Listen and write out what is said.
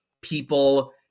people